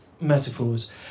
metaphors